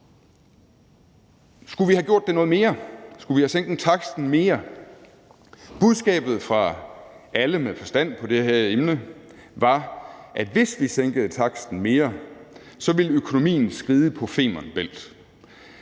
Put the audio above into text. Skulle vi have gjort det her mere? Skulle vi have sænket taksten mere? Budskabet fra alle med forstand på det her emne var, at hvis vi sænkede taksten mere, ville økonomien skride på Femern Bælt.